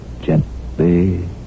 gently